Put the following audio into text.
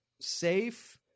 safe